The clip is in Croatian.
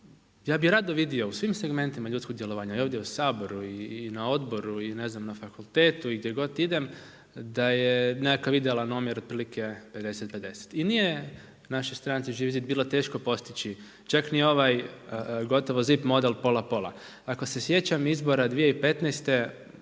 Ja bih rado vidio u svim segmentima ljudskog djelovanja i ovdje u Saboru i na odboru i ne znam na fakultetu i gdje god idem da je nekakav idealan omjer otprilike 50:50. I nije našoj stranci Živi zid bilo teško postići čak ni ovaj ZIP model pola pola. Ako se sjećam izbora 2015.